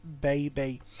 baby